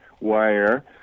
wire